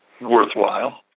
worthwhile